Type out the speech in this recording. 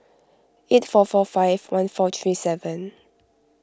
eight four four five one four three seven